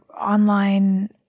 online